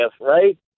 right